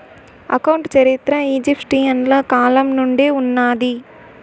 account చరిత్ర ఈజిప్షియన్ల కాలం నుండే ఉన్నాది